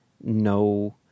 no